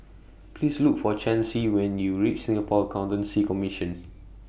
Please Look For Chancey when YOU REACH Singapore Accountancy Commission